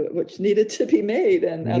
which needed to be made and and